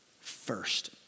first